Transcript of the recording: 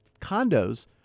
condos